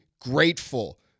grateful